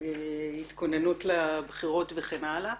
התכוננות לבחירות וכן הלאה,